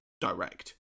direct